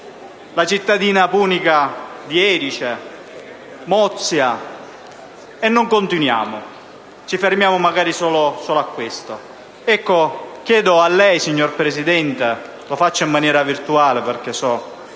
la cittadina punica di Erice, Mozia? E non continuiamo, ci fermiamo solo a questo. Chiedo a lei, signor Presidente (lo faccio in maniera virtuale, perché so